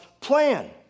plan